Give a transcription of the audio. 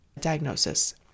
diagnosis